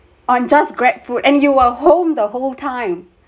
on just grab food and you were home the whole time